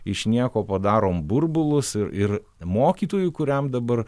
iš nieko padarom burbulus ir ir mokytojų kuriam dabar